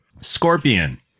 scorpion